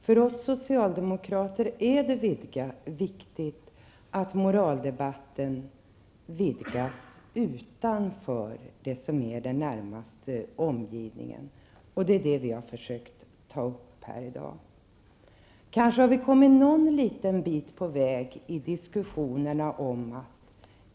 För oss socialdemokrater är det viktigt att moraldebatten vidgas utanför det som är den närmaste omgivningen, och det är det vi har försökt att ta upp här i dag. Kanske har vi kommit någon liten bit på väg i diskussionerna.